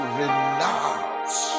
renounce